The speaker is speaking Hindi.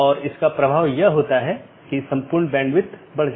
गम्यता रीचैबिलिटी की जानकारी अपडेट मेसेज द्वारा आदान प्रदान की जाती है